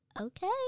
Okay